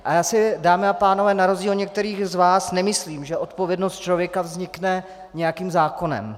A já si, dámy a pánové, na rozdíl od některých z vás nemyslím, že odpovědnost člověka vznikne nějakým zákonem.